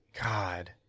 God